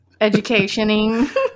educationing